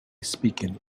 speaking